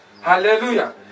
Hallelujah